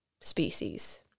species